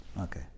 Okay